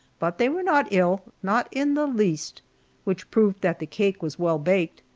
but they were not ill not in the least which proved that the cake was well baked.